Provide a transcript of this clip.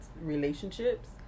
relationships